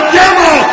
devil